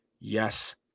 Yes